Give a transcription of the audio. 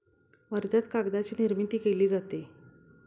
वर्ध्यात कागदाची निर्मिती केली जाते